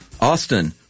austin